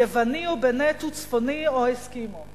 יווני או באנטו, או צפוני או אסקימו".